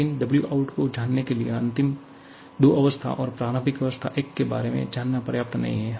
लेकिन Wout को जानने के लिए अंतिम 2 अवस्था और प्रारंभिक अवस्था 1 के बारे में जानना पर्याप्त नहीं हैं